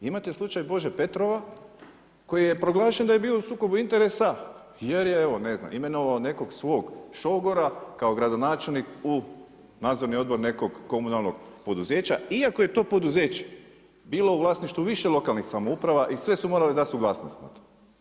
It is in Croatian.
Imate slučaj Bože Petrova, koji je proglašen da je bio u sukobu interesa, jer je evo, ne znam, imenovao nekog svog šogora kao gradonačelnik u nadzorni odbor nekog komunalnog poduzeća, iako je to poduzeće bilo u vlasništvu više lokalnih samouprava i sve su morale dati suglasnost na to.